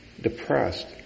depressed